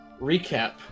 recap